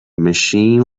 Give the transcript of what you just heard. machine